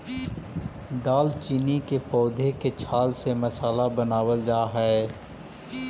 दालचीनी के पौधे के छाल से मसाला बनावाल जा हई